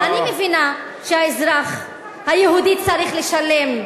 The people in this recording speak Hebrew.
אני מבינה שהאזרח היהודי צריך לשלם,